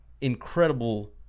incredible